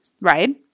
right